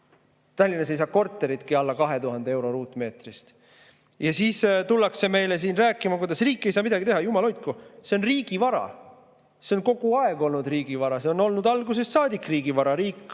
Tallinnas ei saa korteritki alla 2000 euro ruutmeetri eest. Ja siis tullakse meile siin rääkima, kuidas riik ei saa midagi teha. Jumal hoidku, see on riigivara! See on kogu aeg olnud riigivara, see on algusest saadik olnud riigivara. Riik,